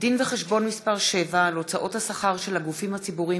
דין-וחשבון מס' 7 על הוצאות השכר של הגופים הציבוריים